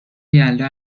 یلدا